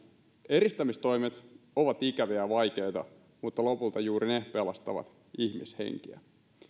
eristämistoimet ovat ikäviä ja vaikeita mutta lopulta juuri ne pelastavat ihmishenkiä